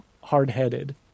hard-headed